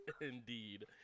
indeed